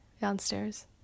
downstairs